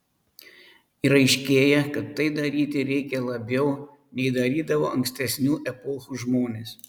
ir aiškėja kad tai daryti reikia labiau nei darydavo ankstesnių epochų žmonės